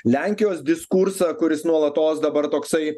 lenkijos diskursą kuris nuolatos dabar toksai